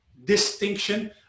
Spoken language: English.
distinction